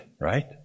right